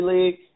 League